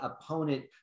opponent